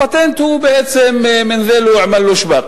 הפטנט הוא בעצם "מן ד'ילה ועמלה שבאכ",